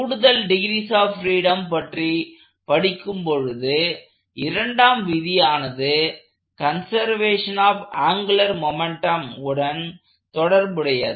கூடுதல் degrees of freedom பற்றி படிக்கும் பொழுது இரண்டாம் விதியானது கன்செர்வஷன் ஆப் ஆங்குலர் மொமெண்ட்டம் உடன் தொடர்புடையது